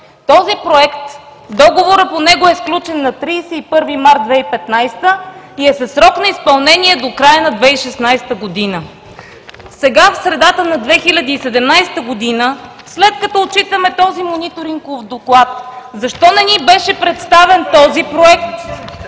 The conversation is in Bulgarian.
ромите“. Договорът по този проект е сключен на 31 март 2015 г. и е със срок на изпълнение до края на 2016 г. Сега, в средата на 2017 г., след като отчитаме този Мониторингов доклад, защо не ни беше представен този Проект?